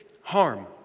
harm